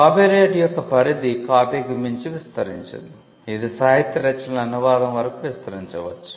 copyright యొక్క పరిధి కాపీకి మించి విస్తరించింది ఇది సాహిత్య రచనల అనువాదం వరకు విస్తరించవచ్చు